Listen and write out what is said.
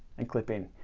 and clip-in.